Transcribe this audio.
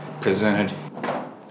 presented